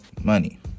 money